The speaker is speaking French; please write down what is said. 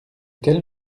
quelle